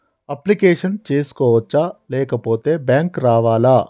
Application చేసుకోవచ్చా లేకపోతే bank రావాలా?